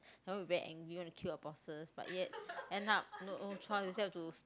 then we very angry want to kill our bosses but yet end up no no choice we still have to